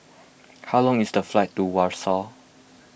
how long is the flight to Warsaw